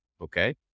okay